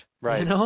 Right